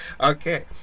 Okay